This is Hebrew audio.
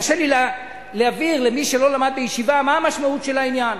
קשה לי להבהיר למי שלא למד בישיבה מה המשמעות של העניין.